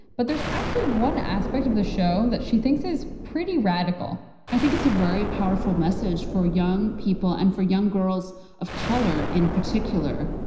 but there's actually one aspect of the show that she thinks is pretty radical i think it's a very powerful message for young people and for young girls of color in particular.